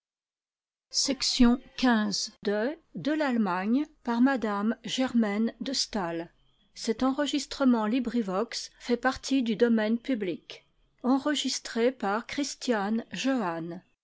de m rt de